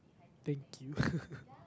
thank you